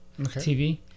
TV